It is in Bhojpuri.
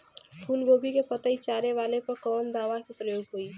फूलगोभी के पतई चारे वाला पे कवन दवा के प्रयोग होई?